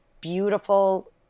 beautiful